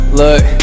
look